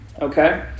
Okay